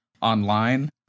online